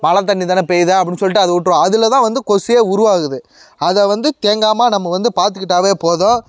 மழை தண்ணி தானே பெய்து அப்படின்னு சொல்லிட்டு அதை விட்டுடுவோம் அதில் தான் வந்து கொசுவே உருவாகுது அதை வந்து தேங்காமல் நம்ம வந்து பார்த்துக்கிட்டாவே போதும்